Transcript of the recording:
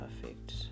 perfect